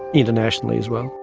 internationally as well.